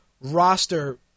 roster